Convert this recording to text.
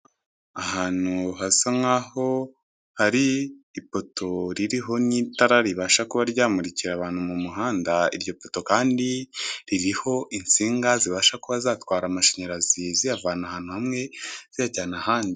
Ahantu hasa nkaho hari ipoto ririho n'itara ribasha kuba ryamurikira abantu mu muhanda iryo poto kandi ririho insinga zibasha kuba zatwara amashanyarazi ziyavana ahantu hamwe ziyajyana ahandi.